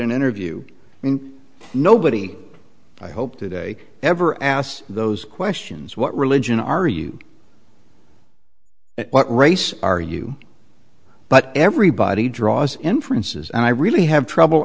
an interview and nobody i hope today ever asked those questions what religion are you what race are you but everybody draws inferences and i really have trouble